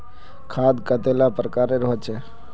खाद कतेला प्रकारेर होचे?